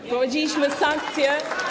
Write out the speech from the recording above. Wprowadziliśmy sankcje.